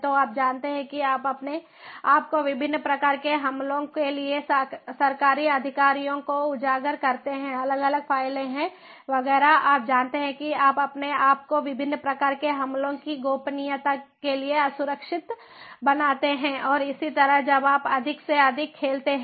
तो आप जानते हैं कि आप अपने आप को विभिन्न प्रकार के हमलों के लिए सरकारी अधिकारियों को उजागर करते हैं अलग अलग फाइलें हैं वगैरह आप जानते हैं कि आप अपने आप को विभिन्न प्रकार के हमलों की गोपनीयता के लिए असुरक्षित बनाते हैं और इसी तरह जब आप अधिक से अधिक खोलते हैं